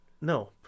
No